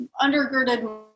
undergirded